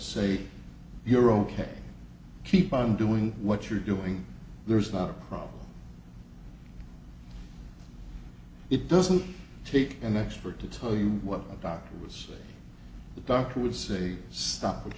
say you're ok keep on doing what you're doing there's not a problem it doesn't take an expert to tell you what about the say the doctor would say stop what